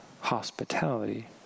hospitality